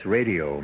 Radio